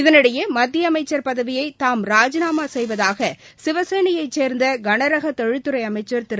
இதனிடையே மத்திய அமைச்சர் பதவியை தாம் ராஜினாமா செய்வதாக சிவசேனாவைச் சேர்ந்த கனரக தொழில்துறை அமைச்சர் திரு